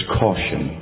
caution